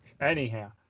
Anyhow